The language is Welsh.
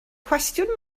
cwestiwn